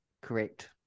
Correct